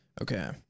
Okay